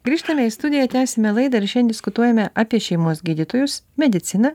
grįžtame į studiją tęsiame laidą ir šiandien diskutuojame apie šeimos gydytojus mediciną